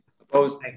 Opposed